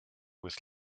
with